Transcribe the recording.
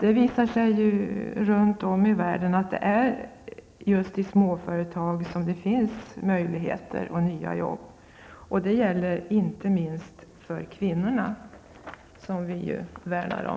Det visar sig nämligen runt om i världen att det är just i småföretag som det finns möjligheter till nya jobb. Det gäller inte minst för kvinnorna som vi värnar om.